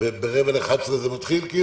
ב-10:45 זה מתחיל?